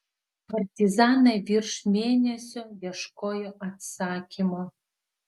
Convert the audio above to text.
partizanai virš mėnesio ieškojo atsakymo